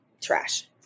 trash